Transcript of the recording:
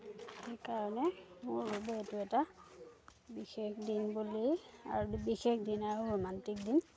সেইকাৰণে মোৰ বাবে এইটো এটা বিশেষ দিন বুলি আৰু বিশেষ দিন আৰু ৰোমান্টিক দিন